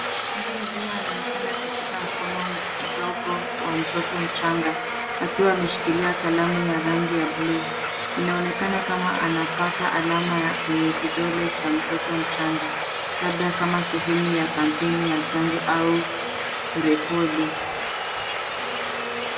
Mtu mzima anaonekana akishika mkono mdogo wa mtoto mchanga akiwa ameshikilia kalamu ya rangi ya bluu. Inaonekana kama anapaka alama kwenye kidole cha mtoto mchanga labda katika sehemu ya kampeni ya chanjo au kurekodi.